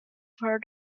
heard